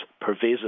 pervasive